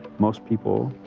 most people,